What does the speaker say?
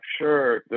sure